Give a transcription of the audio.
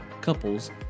couples